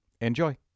Enjoy